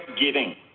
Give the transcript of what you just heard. giving